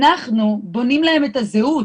אנחנו בונים להם את הזהות.